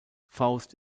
faust